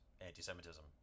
anti-semitism